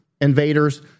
invaders